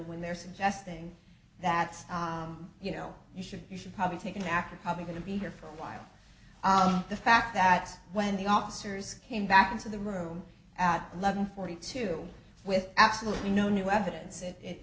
suggesting that you know you should you should probably take a nap or probably going to be here for a while the fact that when the officers came back into the room at eleven forty two with absolutely no new evidence it it